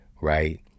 right